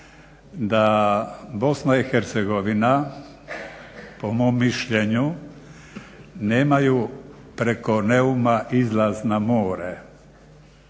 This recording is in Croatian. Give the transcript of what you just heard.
da BiH po mom mišljenju nemaju preko Neuma izlaz na more.